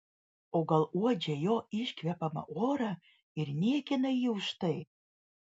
o gal uodžia jo iškvepiamą orą ir niekina jį už tai